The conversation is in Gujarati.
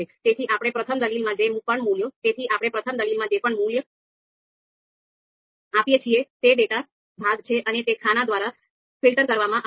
તેથી આપણે પ્રથમ દલીલમાં જે પણ મૂલ્ય આપીએ છીએ તે ડેટા ભાગ છે અને તે ખાના દ્વારા ફિલ્ટર કરવામાં આવશે